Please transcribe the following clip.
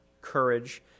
courage